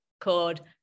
called